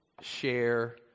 share